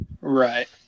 right